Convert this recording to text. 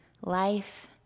life